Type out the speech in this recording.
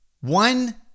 One